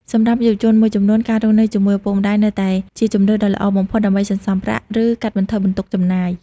សម្រាប់យុវជនមួយចំនួន ការរស់នៅជាមួយឪពុកម្តាយនៅតែជាជម្រើសដ៏ល្អបំផុត ដើម្បីសន្សំប្រាក់ ឬកាត់បន្ថយបន្ទុកចំណាយ។